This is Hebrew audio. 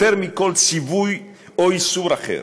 יותר מכל ציווי או איסור אחר.